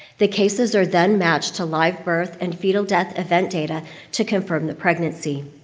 the cases are then matched to live birth and fetal death event data to confirm the pregnancy.